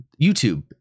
YouTube